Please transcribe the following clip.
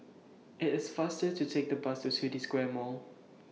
IT IS faster to Take The Bus to City Square Mall